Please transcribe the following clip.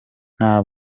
nta